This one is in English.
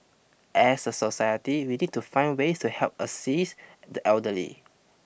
as a society we need to find ways to help assist the elderly